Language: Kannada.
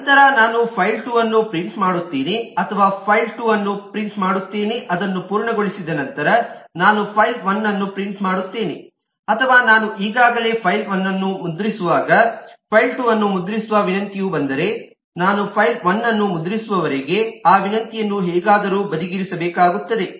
ನಂತರ ನಾನು ಫೈಲ್2 ಅನ್ನು ಪ್ರಿಂಟ್ ಮಾಡುತ್ತೇನೆ ಅಥವಾ ಫೈಲ್2 ಅನ್ನು ಪ್ರಿಂಟ್ ಮಾಡುತ್ತೇನೆ ಅದನ್ನು ಪೂರ್ಣಗೊಳಿಸಿ ನಂತರ ನಾನು ಫೈಲ್1 ಅನ್ನು ಪ್ರಿಂಟ್ ಮಾಡುತ್ತೇನೆ ಅಥವಾ ನಾನು ಈಗಾಗಲೇ ಫೈಲ್1 ಅನ್ನು ಮುದ್ರಿಸುವಾಗ ಫೈಲ್2 ಅನ್ನು ಮುದ್ರಿಸುವ ವಿನಂತಿಯು ಬಂದರೆ ನಾನು ಫೈಲ್1 ಅನ್ನು ಮುದ್ರಿಸುವವರೆಗೆ ಆ ವಿನಂತಿಯನ್ನು ಹೇಗಾದರೂ ಬದಿಗಿರಿಸಬೇಕಾಗುತ್ತದೆ